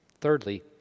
Thirdly